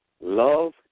Love